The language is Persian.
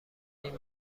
این